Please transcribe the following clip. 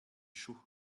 chaud